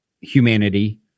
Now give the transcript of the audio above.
humanity